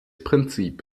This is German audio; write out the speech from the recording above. prinzip